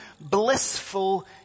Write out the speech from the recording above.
blissful